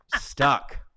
Stuck